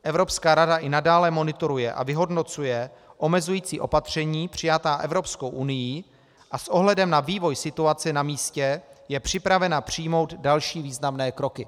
Evropská rada i nadále monitoruje a vyhodnocuje omezující opatření přijatá Evropskou unií a s ohledem na vývoj situace na místě je připravena přijmout další významné kroky.